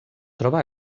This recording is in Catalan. troba